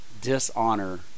dishonor